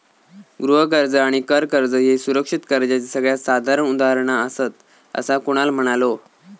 गृह कर्ज आणि कर कर्ज ह्ये सुरक्षित कर्जाचे सगळ्यात साधारण उदाहरणा आसात, असा कुणाल म्हणालो